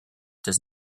does